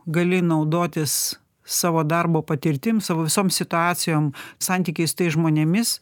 gali naudotis savo darbo patirtim savo visom situacijom santykiais tais žmonėmis